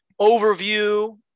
overview